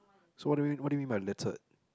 so what do you mean what do you mean by litted